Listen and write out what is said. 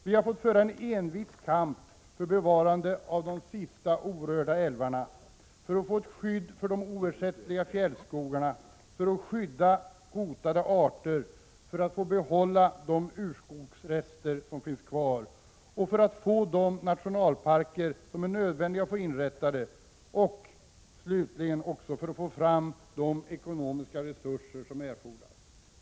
Vi har fått föra en envis kamp för att bevara de sista orörda älvarna, för att få ett skydd för de oersättliga fjällskogarna, för att skydda hotade arter, för att få behålla de urskogsrester som finns kvar, för att få de nationalparker som det är nödvändigt att få inrättade och slutligen också för att få fram de ekonomiska resurser som erfordras.